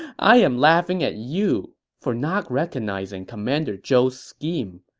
i'm laughing at you, for not recognizing commander zhou's scheme.